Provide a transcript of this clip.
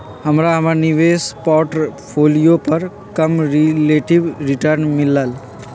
हमरा हमर निवेश पोर्टफोलियो पर कम रिलेटिव रिटर्न मिलल